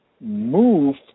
move